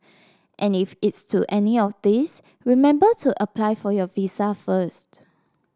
and if it's to any of these remember to apply for your visa first